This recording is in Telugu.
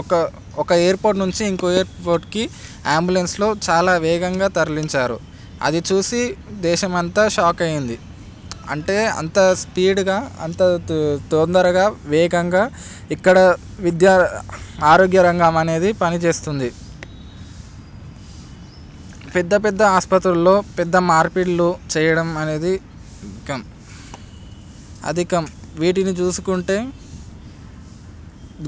ఒక ఒక ఎయిర్పోర్ట్ నుంచి ఇంకో ఎయిర్పోర్ట్కి అంబులెన్స్లో చాలా వేగంగా తరలించారు అది చూసి దేశమంతా షాక్ అయ్యింది అంటే అంత స్పీడ్గా అంత తొ తొందరగా వేగంగా ఇక్కడ విద్య ఆరోగ్యరంగం అనేది పనిచేస్తుంది పెద్ద పెద్ద ఆసుపత్రిలో పెద్ద మార్పిడిలు చేయడం అనేది ముఖ్యం అధికం వీటిని చూసుకుంటే